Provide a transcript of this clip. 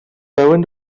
veuen